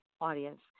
audience